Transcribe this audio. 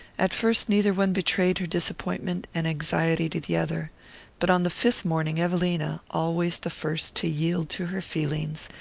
at first neither one betrayed her disappointment and anxiety to the other but on the fifth morning evelina, always the first to yield to her feelings,